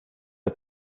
the